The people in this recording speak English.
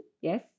yes